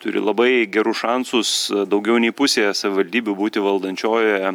turi labai gerus šansus daugiau nei pusėje savivaldybių būti valdančiojoje